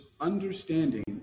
understanding